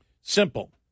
Simple